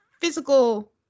physical